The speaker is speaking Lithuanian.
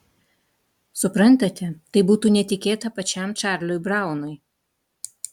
suprantate tai būtų netikėta pačiam čarliui braunui